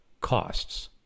costs